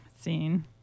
Seen